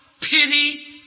pity